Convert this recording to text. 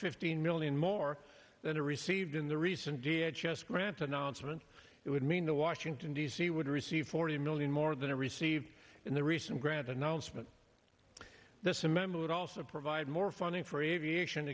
fifteen million more than a received in the recent d h s s grant announcement it would mean the washington d c would receive forty million more than a receive in the recent grant announcement this a member would also provide more funding for aviation